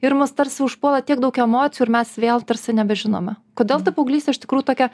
ir mus tarsi užpuola tiek daug emocijų ir mes vėl tarsi nebežinome kodėl ta paauglystė iš tikrųjų tokia